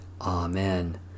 Amen